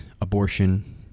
abortion